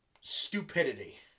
stupidity